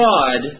God